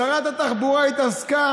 שרת התחבורה התעסקה